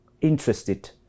interested